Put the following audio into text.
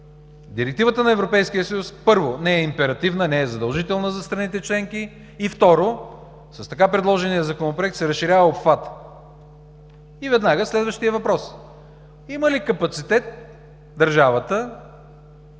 Европейския съюз – първо, не е императивна, не е задължителна за страните членки. И, второ – с така предложения Законопроект се разширява обхватът. И веднага следващият въпрос: има ли капацитет държавата